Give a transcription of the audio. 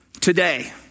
today